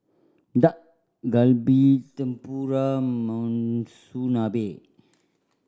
Dak Galbi Tempura Monsunabe